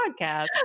podcast